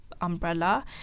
umbrella